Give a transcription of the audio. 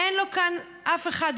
אין לו כאן אף אחד,